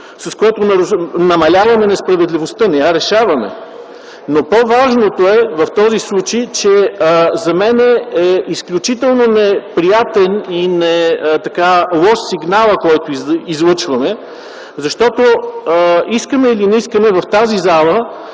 с което намаляваме несправедливостта, не я решаваме. По-важното в този случай е, че за мен е изключително неприятен и лош сигналът, който излъчваме, защото искаме или не искаме в тази зала